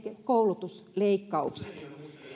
koulutusleikkaukset